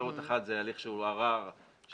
אפשרות אחת זו הליך שהוא ערר שנידון